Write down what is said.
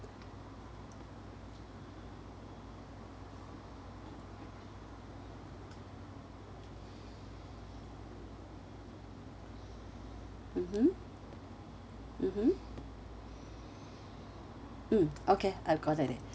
mmhmm mmhmm mm okay I've got it